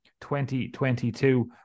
2022